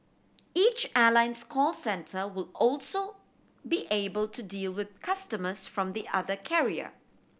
each airline's call centre will also be able to deal with customers from the other carrier